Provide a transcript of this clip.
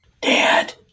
Dad